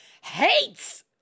hates